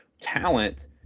talent